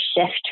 shift